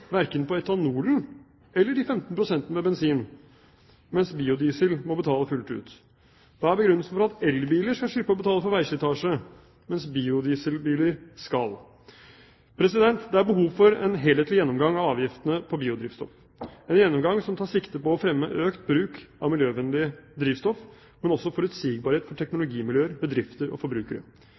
verken på etanolen eller de 15 prosentene med bensin, mens de som kjører på biodiesel, må betale fullt ut? Hva er begrunnelsen for at elbiler skal slippe å betale for veislitasje, mens biodieselbiler skal betale? Det er behov for en helhetlig gjennomgang av avgiftene på biodrivstoff, en gjennomgang som tar sikte på å fremme økt bruk av miljøvennlige drivstoff, men også forutsigbarhet for teknologimiljøer, bedrifter og forbrukere.